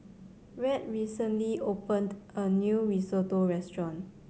Rhett recently opened a new Risotto Restaurant